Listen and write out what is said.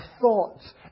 thoughts